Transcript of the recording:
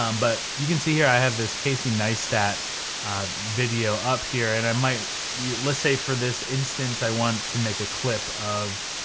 um but you can see here i have this caseyneistat video up here and i might you, let's say for this, instance i want to make a clip of,